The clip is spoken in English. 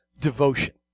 devotion